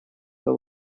кто